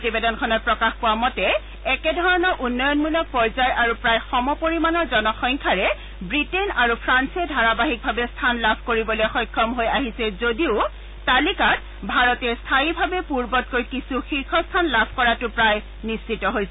প্ৰতিবেদনখনত প্ৰকাশ পোৱা মতে একে ধৰণৰ উন্নয়নমূলক পৰ্যায় আৰু প্ৰায় সমপৰিমাণৰ জনসংখ্যাৰে ৱিটেইন আৰু ফ্ৰান্সে ধাৰাবাহিকভাৱে স্থান লাভ কৰিবলৈ সক্ষম হৈ আহিছে যদিও তালিকাত ভাৰতে স্থায়ীভাৱে পূৰ্বতকৈ কিছু শীৰ্ষস্থান লাভ কৰাটো প্ৰায় নিশ্চিত হৈছে